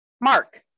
Mark